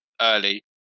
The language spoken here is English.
early